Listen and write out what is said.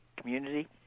community